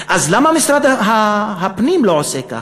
אז למה משרד הפנים לא עושה ככה?